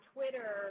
Twitter